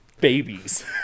babies